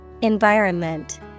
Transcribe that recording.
Environment